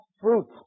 fruit